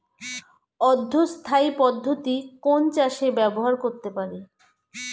অর্ধ স্থায়ী পদ্ধতি কোন চাষে ব্যবহার করতে পারি?